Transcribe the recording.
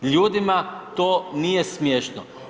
Ljudima to nije smiješno.